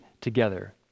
together